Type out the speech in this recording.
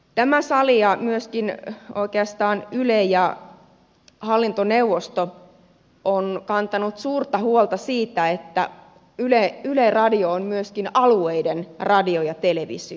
tämä sali ja myöskin oikeastaan yle ja hallintoneuvosto ovat kantaneet suurta huolta siitä että yleisradio on myöskin alueiden radio ja televisio